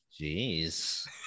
Jeez